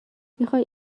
میخوای